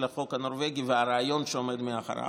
החוק הנורבגי והרעיון שעומד מאחוריו.